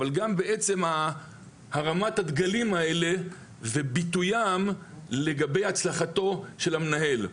אבל גם בעצם הרמת הדגלים האלה וביטויים לגבי הצלחתו של המנהל.